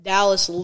Dallas